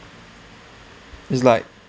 is like